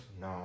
no